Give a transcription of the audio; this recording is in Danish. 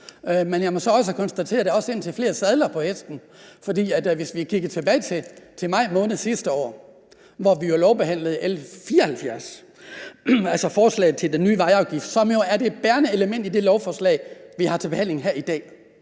Men jeg må så også konstatere, at der også er indtil flere sadler på hesten. For hvis vi kigger tilbage til maj måned sidste år, hvor vi lovbehandlede L 74, altså forslag til den nye vejafgift, som jo er det bærende element i det lovforslag, vi har til behandling her i dag